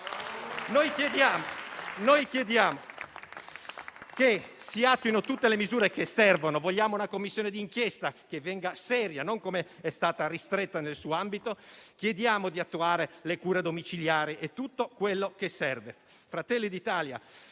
Chiediamo che si attuino tutte le misure che servono; vogliamo una Commissione di inchiesta seria, non come è stata ristretta nel suo ambito; chiediamo di attivare le cure domiciliari e tutto quello che serve.